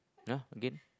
!huh! again